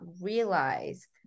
realize